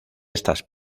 estas